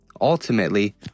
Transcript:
Ultimately